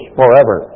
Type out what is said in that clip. forever